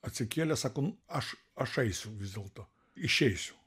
atsikėlė sako aš aš eisiu vis dėlto išeisiu